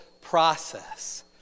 process